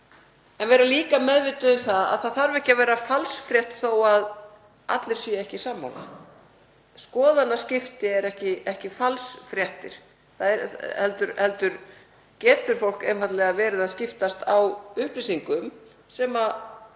að vera líka meðvituð um að það þarf ekki að vera falsfrétt þó að ekki séu allir sammála. Skoðanaskipti eru ekki falsfréttir heldur getur fólk einfaldlega verið að skiptast á upplýsingum sem